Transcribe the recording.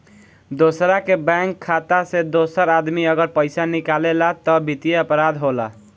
दोसरा के बैंक खाता से दोसर आदमी अगर पइसा निकालेला त वित्तीय अपराध होला